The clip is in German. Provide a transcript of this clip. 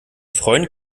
freund